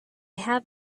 have